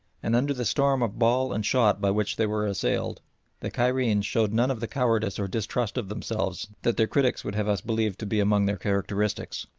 and under the storm of ball and shot by which they were assailed the cairenes showed none of the cowardice or distrust of themselves that their critics would have us believe to be among their characteristics.